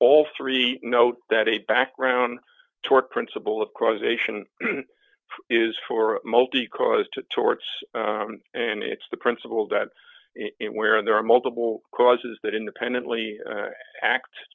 all three note that a background tort principle of causation is for multi cause to torts and it's the principle that where there are multiple causes that independently